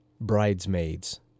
bridesmaids